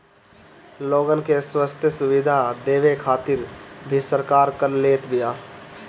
लोगन के स्वस्थ्य सुविधा देवे खातिर भी सरकार कर लेत बिया